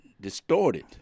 distorted